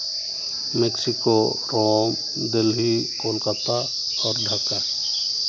Mexico Rome Delhi Kolkata ᱟᱨ ᱰᱷᱟᱠᱟ